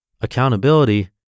Accountability